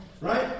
right